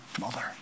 Mother